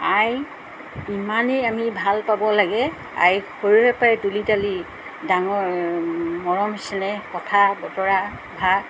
আই ইমানেই আমি ভাল পাব লাগে আই সৰুৰেপৰাই তুলি তালি ডাঙৰ মৰম চেনেহ কথা বতৰা ভাত